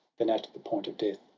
then, at the point of death,